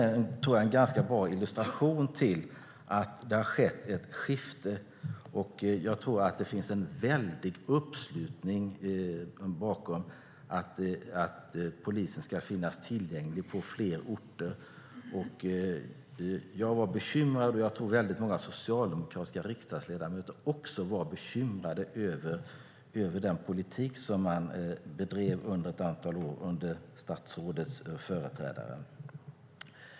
Detta är en ganska bra illustration till att det har skett ett skifte, och jag tror att det finns en stor uppslutning bakom att polisen ska finnas tillgänglig på fler orter. Jag var bekymrad, vilket jag tror att många socialdemokratiska riksdagsledamöter också var, över den politik som bedrevs under ett antal år under statsrådets företrädare.